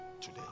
today